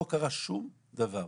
לא קרה שום דבר,